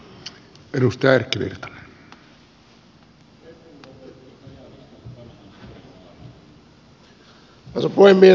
arvoisa puhemies